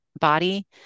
body